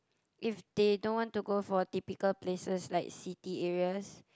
if they don't want to go for typical places like city areas